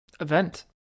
event